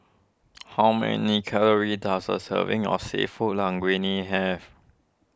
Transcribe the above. how many calories does a serving of Seafood Linguine have